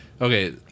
Okay